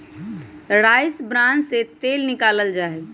rice bran से तेल निकाल्ल जाहई